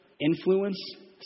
influence